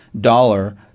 dollar